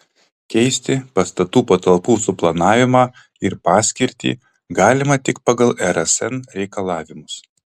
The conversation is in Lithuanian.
keisti pastatų patalpų suplanavimą ir paskirtį galima tik pagal rsn reikalavimus